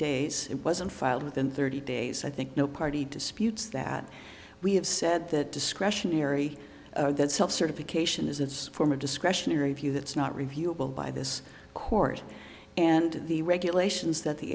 days it wasn't filed within thirty days i think no party disputes that we have said discretionary that self certification is from a discretionary view that's not reviewable by this court and the regulations that the